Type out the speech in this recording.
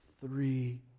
Three